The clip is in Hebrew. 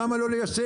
למה לא ליישם?